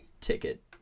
ticket